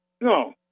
No